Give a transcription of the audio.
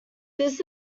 this